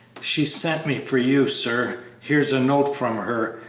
she sent me for you, sir here's a note from her,